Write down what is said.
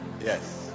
yes